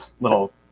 little